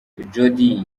jody